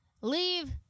leave